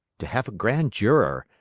to have a grand juror,